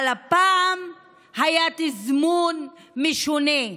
אבל הפעם היה תזמון משונה,